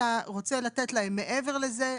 אתה רוצה לתת להם מעבר לזה,